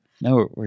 No